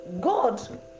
God